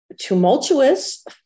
tumultuous